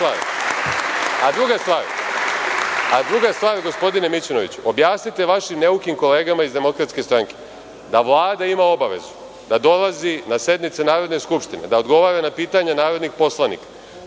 druga stvar, gospodine Mićunoviću, objasnite vašim neukim kolegama iz DS da Vlada ima obavezu da dolazi na sednice Narodne skupštine, da odgovara na pitanja narodnih poslanika,